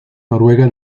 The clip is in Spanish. noruega